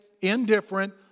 indifferent